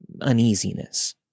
uneasiness